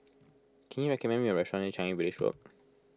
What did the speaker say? can you recommend me a restaurant near Changi Village Road